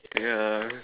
ya